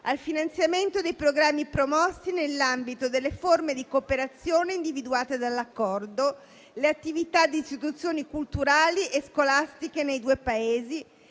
al finanziamento dei programmi promossi nell'ambito delle forme di cooperazione individuate dall'Accordo e delle attività di istituzioni culturali e scolastiche nei due Paesi,